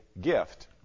gift